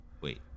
Wait